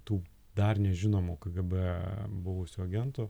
tų dar nežinomų kgb buvusių agentų